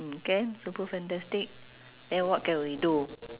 mm K super fantastic then what can we do